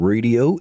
Radio